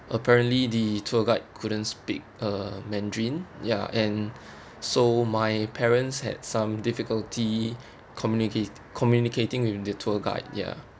apparently the tour guide couldn't speak uh mandarin ya and so my parents had some difficulty communica~ communicating with the tour guide ya